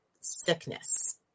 sickness